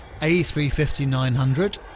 A350-900